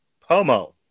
Pomo